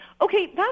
Okay